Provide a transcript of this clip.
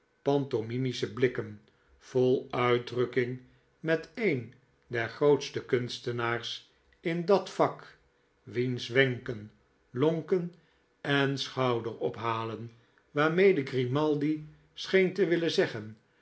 pantomimische blikken vol uitdrukking met een der grootste kunstenaars in dat vak wiens wenken lonken en schouderophalen waarmede grimaldi scheen te willen zeggen